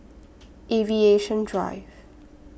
Aviation Drive